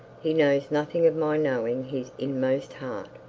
he knows nothing of my knowing his inmost heart.